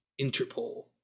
Interpol